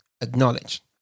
acknowledge